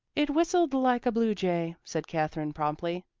it whistled like a blue jay, said katherine promptly.